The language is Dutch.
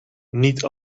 niet